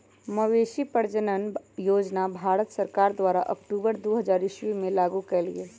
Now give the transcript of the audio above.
मवेशी प्रजजन योजना भारत सरकार द्वारा अक्टूबर दू हज़ार ईश्वी में लागू कएल गेल